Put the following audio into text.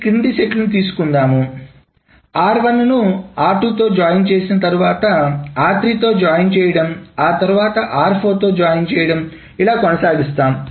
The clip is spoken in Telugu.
ఈ క్రింది సెట్ లు తీసుకుందాం r1 ను r2 తో జాయిన్ చేసి తర్వాత r3 తో జాయిన్ చేయడం ఆ తర్వాత r4 తో జాయిన్ చేయడం ఇలా కొనసాగిస్తాం